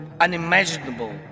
unimaginable